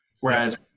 Whereas